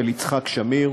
של יצחק שמיר?